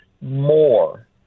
more